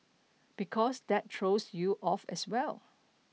because that throws you off as well